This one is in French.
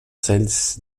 cesse